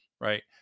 Right